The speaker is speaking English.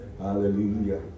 Hallelujah